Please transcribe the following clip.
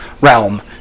realm